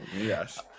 yes